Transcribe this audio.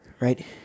right